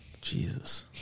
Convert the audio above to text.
Jesus